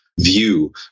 view